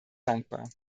dankbar